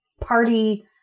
party